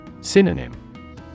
Synonym